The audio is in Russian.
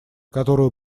которую